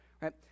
right